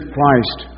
Christ